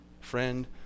friend